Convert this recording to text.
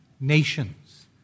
nations